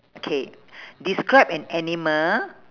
okay describe an animal